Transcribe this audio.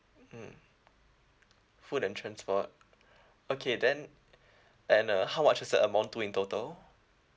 mm food and transport okay then and uh how much does that amount to in total